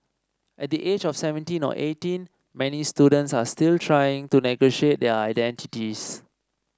at the age of seventeen or eighteen many students are still trying to negotiate their identities